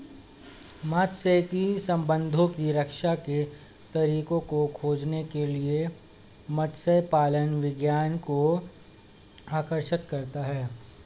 मात्स्यिकी संसाधनों की रक्षा के तरीकों को खोजने के लिए मत्स्य पालन विज्ञान को आकर्षित करता है